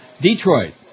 Detroit